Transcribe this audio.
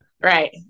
Right